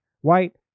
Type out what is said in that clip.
white